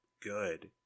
good